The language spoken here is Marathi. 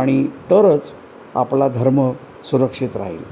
आणि तरच आपला धर्म सुरक्षित राहील